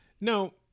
no